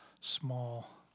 small